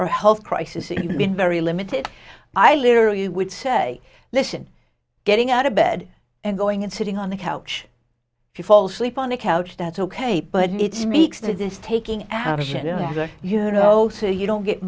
or health crisis and been very limited i literally would say listen getting out of bed and going and sitting on the couch if you fall sleep on the couch that's ok but it's meeks that is taking action you know so you don't get